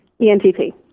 ENTP